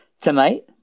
tonight